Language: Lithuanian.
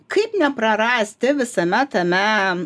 kaip neprarasti visame tame